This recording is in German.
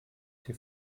der